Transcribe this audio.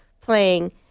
playing